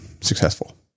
successful